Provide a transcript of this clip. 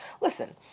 Listen